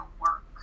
work